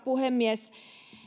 puhemies